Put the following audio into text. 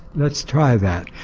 let's try that.